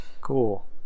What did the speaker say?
Cool